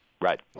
right